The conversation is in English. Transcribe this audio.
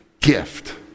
gift